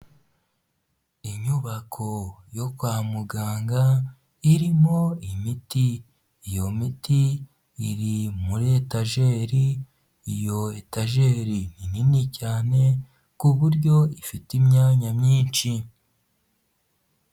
Inyubako yo kwa muganga irimo imiti, iyo miti iri muri etajeri, iyo etajeri ni nini cyane ku buryo ifite imyanya myinshi.